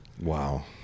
Wow